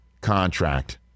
contract